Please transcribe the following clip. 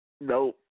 Nope